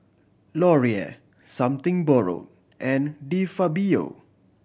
Laurier Something Borrowed and De Fabio